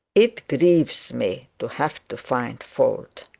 it grieves me to have to find fault.